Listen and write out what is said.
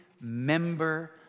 member